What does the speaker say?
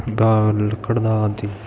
ਦਾ ਲੱਕੜ ਦਾ ਆਦਿ